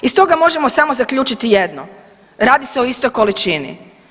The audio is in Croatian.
Iz toga možemo samo zaključiti jedno, radi se o istoj količini.